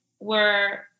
were-